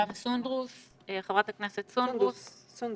וחברת הכנסת סונדוס סאלח.